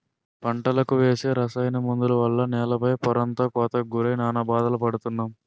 పంటలకు వేసే రసాయన మందుల వల్ల నేల పై పొరంతా కోతకు గురై నానా బాధలు పడుతున్నాం